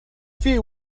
view